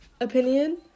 opinion